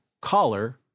Caller